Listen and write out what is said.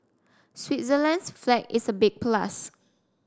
Switzerland's flag is a big plus